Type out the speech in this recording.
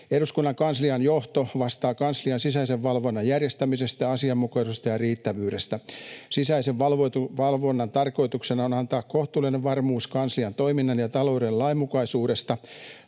Eduskunnan kanslian johto vastaa kanslian sisäisen valvonnan järjestämisestä, asianmukaisuudesta ja riittävyydestä. Sisäisen valvonnan tarkoituksena on antaa kohtuullinen varmuus kanslian toiminnan ja talouden lainmukaisuudesta,